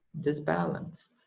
disbalanced